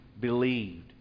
believed